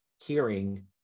hearing